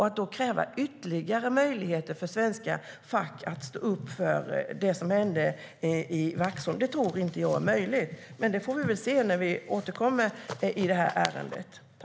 Att då kräva ytterligare möjligheter för svenska fack att stå upp för det som hände i Vaxholm tror inte jag är möjligt. Men det får vi väl se när vi återkommer i ärendet.